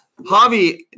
Javi